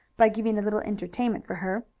by giving a little entertainment for her,